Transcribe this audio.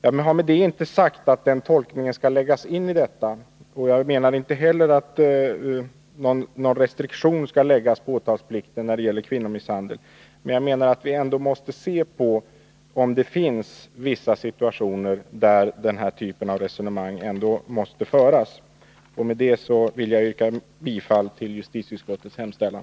Jag har därmed inte sagt att den tolkningen skall läggas in i detta sammanhang, och jag menar inte heller att någon restriktion skall läggas på åtalsplikten när det gäller kvinnomisshandel. Men jag anser att vi ändå måste se om det finns vissa situationer där den typen av resonemang måste föras. Med detta vill jag yrka bifall till justitieutskottets hemställan.